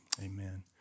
amen